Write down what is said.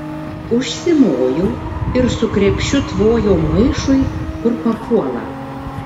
užsimojau ir su krepšiu tvojau maišui kur papuola